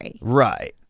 Right